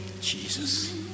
Jesus